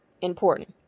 important